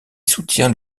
soutient